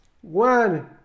One